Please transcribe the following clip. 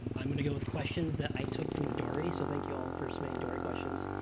i'm going to go with questions that i took from dory. so thank you all for so many dory questions.